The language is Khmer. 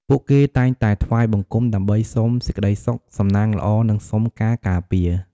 ពួកគេតែងតែថ្វាយបង្គំ ដើម្បីសុំសេចក្តីសុខ សំណាងល្អ និងសុំការការពារ។